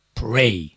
pray